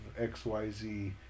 XYZ